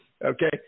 Okay